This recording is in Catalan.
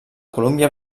colúmbia